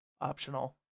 optional